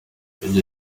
ibyo